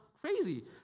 crazy